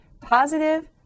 positive